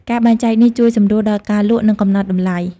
ការបែងចែកនេះជួយសម្រួលដល់ការលក់ និងកំណត់តម្លៃ។